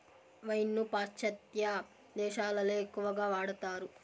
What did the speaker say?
wine ను పాశ్చాత్య దేశాలలో ఎక్కువగా వాడతారు